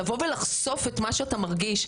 לבוא ולחשוף את מה שאתה מרגיש.